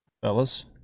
fellas